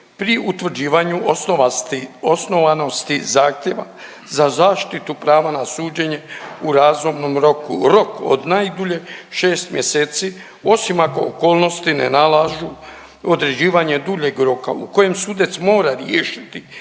utvrđivanja osnovanosti zahtjeva za zaštitu prava na suđenje u razumnom roku odrediti rok u pravili najdulji, najdulje 6 mjeseci osim ako okolnosti slučaja ne nalažu određene, određivanje duljeg roka u kojem sudac mora riješiti